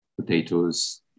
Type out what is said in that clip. potatoes